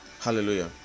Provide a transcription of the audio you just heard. Hallelujah